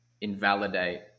invalidate